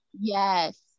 Yes